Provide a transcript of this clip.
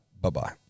Bye-bye